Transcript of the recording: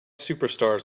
superstars